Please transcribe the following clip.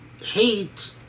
hate